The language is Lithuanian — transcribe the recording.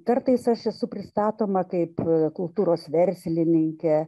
kartais aš esu pristatoma kaip kultūros verslininkė